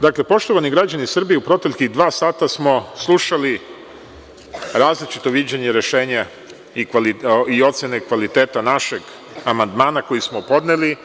Dakle, poštovani građani Srbije, u proteklih dva sata smo slušali različito viđenje rešenja i ocene kvaliteta našeg amandmana koji smo podneli